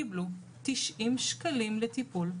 שקיבלו 90 שקלים לטיפול,